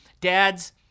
Dads